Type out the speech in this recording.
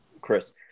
Chris